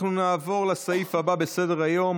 אנחנו נעבור לסעיף הבא בסדר-היום,